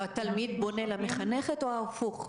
התלמיד פונה למחנכת או הפוך?